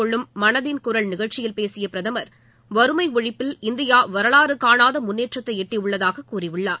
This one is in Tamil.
கொள்ளும் மனதின் குரல் நிகழ்ச்சியில் பேசிய பிரதமர் வறுமை ஒழிப்பில் இந்தியா வரலாறு காணாத முன்னேற்றத்தை எட்டியுள்ளதாகக் கூறியுள்ளார்